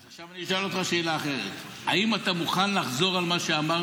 אז עכשיו אני אשאל אותך שאלה אחרת: האם אתה מוכן לחזור על מה שאמרת?